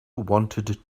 wanted